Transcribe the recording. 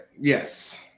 Yes